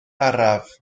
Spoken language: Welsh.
araf